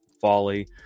folly